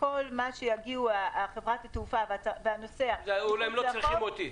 שכל מה שיגיעו חברת התעופה והנוסע מחוץ לחוק,